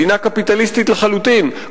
מדינה קפיטליסטית לחלוטין,